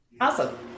Awesome